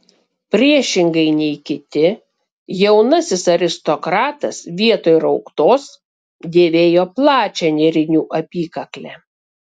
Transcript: priešingai nei kiti jaunasis aristokratas vietoj rauktos dėvėjo plačią nėrinių apykaklę